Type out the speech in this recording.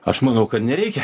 aš manau kad nereikia